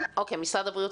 (היו"ר תהלה פרידמן)